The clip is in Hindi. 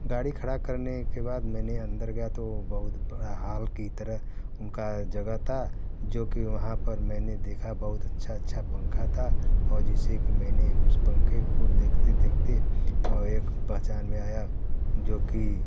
गाड़ी खड़ा करने के बाद मैंने अंदर गया तो बहुत बड़ा हॉल की तरह उनका जगह था जो कि वहाँ पर मैंने देखा बहुत अच्छा अच्छा पंखा था और जिसे कि मैंने उस पंखे को देखते देखते और एक पहचान में आया जो कि